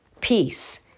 peace